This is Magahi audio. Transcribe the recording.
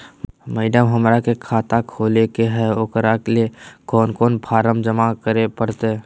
मैडम, हमरा के खाता खोले के है उकरा ले कौन कौन फारम जमा करे परते?